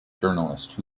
journalist